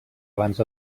abans